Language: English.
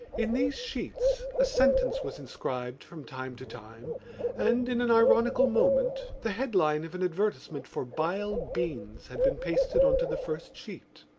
in these sheets a sentence was inscribed from time to time and, in an ironical moment, the headline of an advertisement for bile beans had been pasted on to the first sheet.